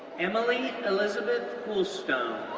emily elizabeth goulstone,